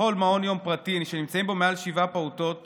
יום פרטי שנמצאים בו מעל שבעה פעוטות